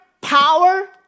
power